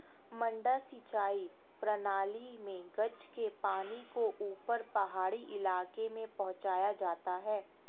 मडडा सिंचाई प्रणाली मे गज के पानी को ऊपर पहाड़ी इलाके में पहुंचाया जाता है